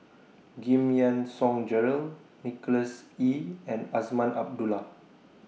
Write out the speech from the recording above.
Giam Yean Song Gerald Nicholas Ee and Azman Abdullah